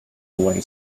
away